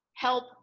help